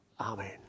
Amen